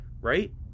Right